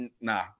nah